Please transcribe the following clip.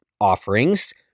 offerings